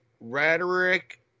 rhetoric